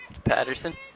Patterson